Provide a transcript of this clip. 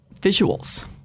visuals